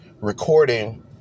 recording